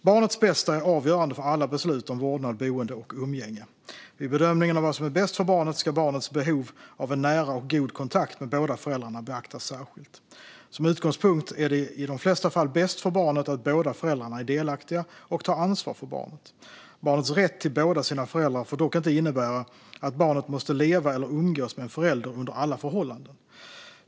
Barnets bästa är avgörande för alla beslut om vårdnad, boende och umgänge. Vid bedömningen av vad som är bäst för barnet ska barnets behov av en nära och god kontakt med båda föräldrarna beaktas särskilt. Som utgångspunkt är det i de flesta fall bäst för barnet att båda föräldrarna är delaktiga och tar ansvar för barnet. Barnets rätt till båda sina föräldrar får dock inte innebära att barnet måste leva eller umgås med en förälder under alla förhållanden.